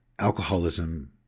alcoholism